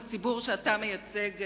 הציבור שאתה מייצג,